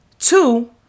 Two